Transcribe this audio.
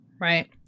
right